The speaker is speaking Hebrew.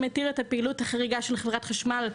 שמתיר את הפעילות החריגה של חברת חשמל,